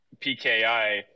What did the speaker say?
pki